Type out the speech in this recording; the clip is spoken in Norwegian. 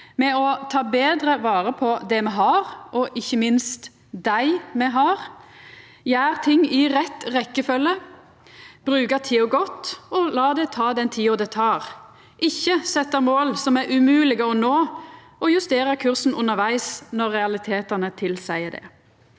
med å ta betre vare på det me har, og ikkje minst dei me har, gjera ting i rett rekkjefølgje, bruka tida godt og la det ta den tida det tek – ikkje setja mål som er umoglege å nå, og justera kursen undervegs når realitetane tilseier det.